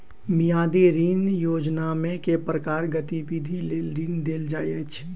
मियादी ऋण योजनामे केँ प्रकारक गतिविधि लेल ऋण देल जाइत अछि